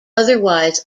otherwise